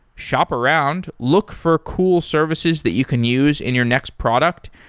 shop around, look for cool services that you can use in your next product,